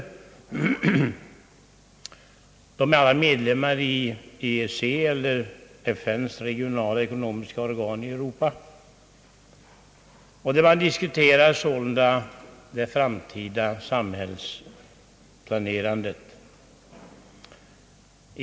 De är alla medlemmar i EEC eller FN:s regionala och ekonomiska organ i Europa. Vid konferensen diskuterar man sålunda det framtida samhällsplanerandet.